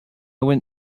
went